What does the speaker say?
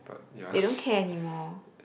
they don't care anymore